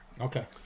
Okay